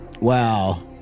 Wow